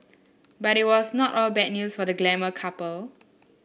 but it was not all bad news for the glamour couple